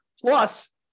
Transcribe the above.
Plus